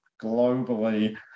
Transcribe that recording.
globally